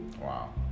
Wow